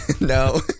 No